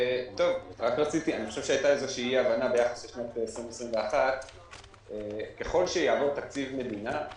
אני חושב שהייתה אי הבנה ביחס לשנת 2021. ככל שיעבור תקציב מדינה,